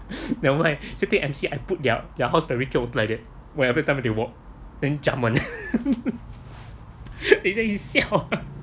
then why still take M_C I put their their house was like that whenever time they walk and jump on him he said you siao